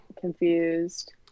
Confused